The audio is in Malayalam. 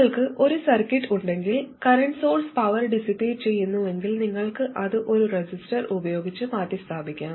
നിങ്ങൾക്ക് ഒരു സർക്യൂട്ട് ഉണ്ടെങ്കിൽ കറന്റ് സോഴ്സ് പവർ ഡിസിപേറ്റ് ചെയ്യുന്നുവെങ്കിൽ നിങ്ങൾക്ക് അത് ഒരു റെസിസ്റ്റർ ഉപയോഗിച്ച് മാറ്റിസ്ഥാപിക്കാം